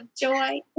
joy